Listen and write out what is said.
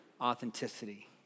authenticity